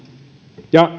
ja